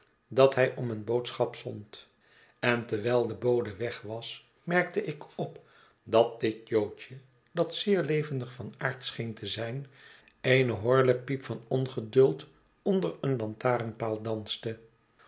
dat hij om een boodschapzond en terwijl de bode weg was merkte ik op dat dit joodje dat zeer levendig van aard scheen te zijn eene horlepijp van ongeduld onder een lantaren paal danste